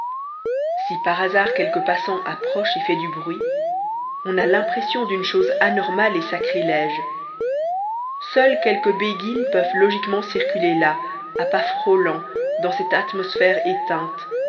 si par hasard quelque passant approche et fait du bruit on a l'impression d'une chose anormale et sacrilège seules quelques béguines peuvent logiquement circuler là à pas frôlants dans cette atmosphère éteinte